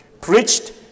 Preached